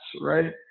right